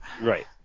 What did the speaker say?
Right